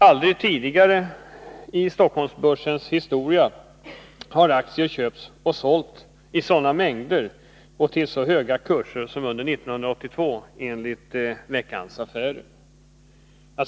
Aldrig tidigare i Stockholmsbörsens historia har aktier köpts och sålts i sådana mängder och till så höga kurser som under 1982, enligt Veckans Affärer.